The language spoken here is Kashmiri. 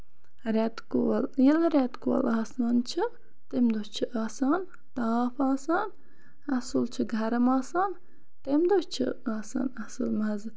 رٮ۪تہٕ کول ییٚلہِ رٮ۪تہٕ کول آسان چھُ تَمہِ دۄہ چھُ آسان تاپھہ آسان اَصٕل چھُ گرَم آسان تَمہِ دۄہ چھُ آسان اَصٕل مَزٕ